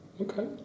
Okay